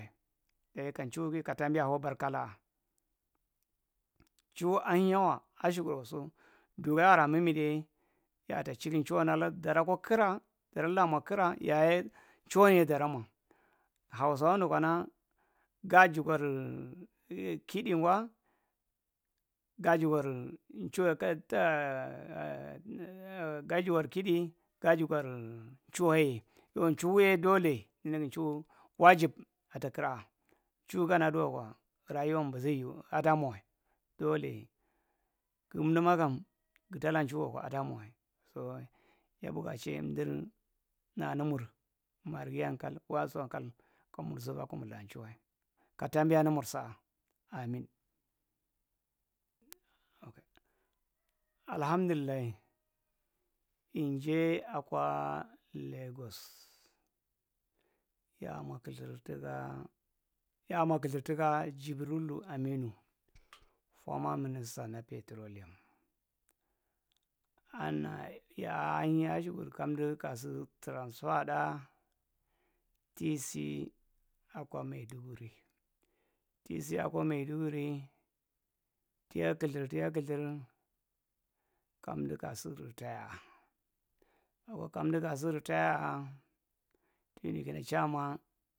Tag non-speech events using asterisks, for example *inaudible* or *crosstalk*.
Dayi kan- chuhu gi kataambiya haw barka ala’aa. Chuhu ahinya wa ashukudu wa so dura’a araa mimid yae ya atta chiri nchuwan allan darakwakira ɗoratamwa kira yahyae nchuhwan yae dara mwa hausawa nu kana gaajigor *hesitation* kidi gwa gajigwar chuwae kattaa *hesitation* gajigar kidi ghajigor chuhamyae yo nchuhu yae able ninigi chuhu waajib atta kiraa nchuhu gana’a duwa kwa rauwan banzai aɗamwae ɗole gumdumakam gudala nchuwa kwa adaamowae so yabuga chae emdir nanamur marghiyan kal kwasonkal kkumur zubu kumur la nchuhae kataambiyaa namur sa’a amin. Alahamdillai injai akwa laegiss ya’a mwa kathir tukaa yaamwa kathir tuka jibrillu aminu forma minister na petroleum ann ya hinyae ashu kuddu kamdu kasu transfa tdaa ti si akwa maiduguri ti si akwa maidugurie tiya kathir tiya kathir kamdu ka si titaaya akwa kamdu kasu ritaya kinu kana cham.